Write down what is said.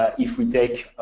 ah if we take